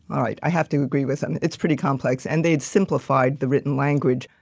i i have to agree with them it's pretty complex, and they'd simplified the written language.